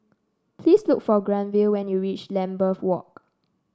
please look for Granville when you reach Lambeth Walk